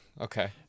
Okay